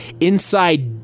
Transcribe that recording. Inside